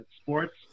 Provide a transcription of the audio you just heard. sports